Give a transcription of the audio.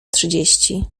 trzydzieści